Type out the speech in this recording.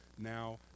now